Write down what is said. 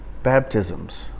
baptisms